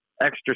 extra